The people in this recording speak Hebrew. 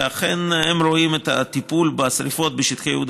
ואכן הם רואים את הטיפול בשרפות בשטחי יהודה